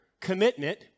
commitment